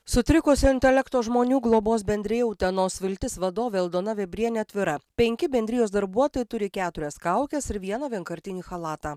sutrikusio intelekto žmonių globos bendrija utenos viltis vadovė aldona vėbrienė atvira penki bendrijos darbuotojai turi keturias kaukes ir vieną vienkartinį chalatą